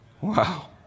Wow